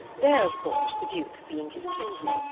there, of course, the duke, being his kinsman,